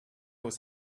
was